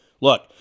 Look